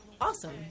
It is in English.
awesome